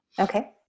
Okay